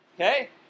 Okay